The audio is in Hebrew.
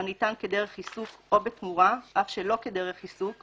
הניתן כדרך עיסוק או בתמורה אף שלא כדרך עיסוק,